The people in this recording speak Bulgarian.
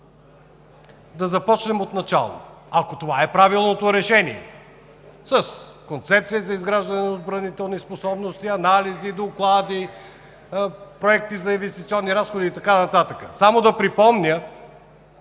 да започнем отначало, ако това е правилното решение – с концепция за изграждане на отбранителни способности, анализи, доклади, проекти за инвестиционни разходи и така нататък. Само да припомня,